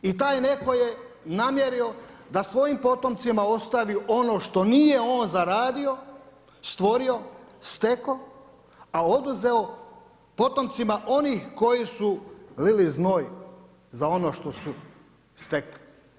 I taj neko je namjerio da svojim potomcima ostavi ono što nije on zaradio, stvorio, steko, a oduzeo potomcima onih koji su lili znoj za ono što su stekli.